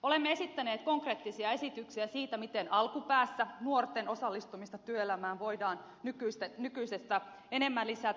olemme esittäneet konkreettisia esityksiä siitä miten alkupäässä nuorten osallistumista työelämään voidaan nykyisestä enemmän lisätä